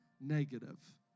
negative